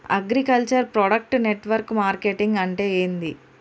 Agriculture product network marketing అంటే ఏంది?